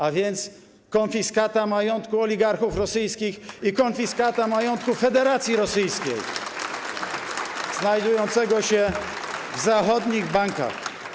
A więc konfiskata majątków oligarchów rosyjskich i konfiskata majątku Federacji Rosyjskiej znajdującego się w zachodnich bankach.